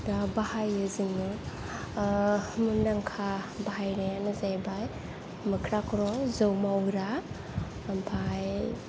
बा बाहायो जोङो मुंदांखा बाहायनायानो जाहैबाय मोख्रा खर' जौ मावग्रा ओमफ्राय